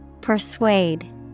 Persuade